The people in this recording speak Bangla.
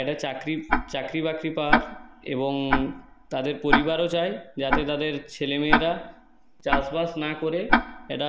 একটা চাকরি চাকরি বাকরি পাক এবং তাদের পরিবারও চায় যাতে তাদের ছেলে মেয়েরা চাষবাস না করে একটা